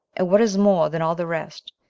and, what is more than all the rest,